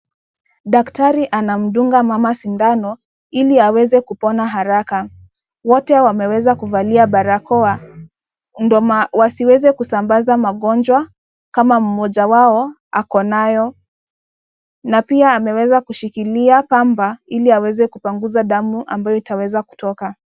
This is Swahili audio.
Daktari anamdunga mama sindano, ili aweze kupona haraka, wote wameweza kuvalia barakao, ndo maa, wasiweze kusambaza magonjwa, kama mmoja wao akonayo, na pia ameweza kushikilia pamba, ili aweze kupanguza damu, ambayo itaweza kutoka.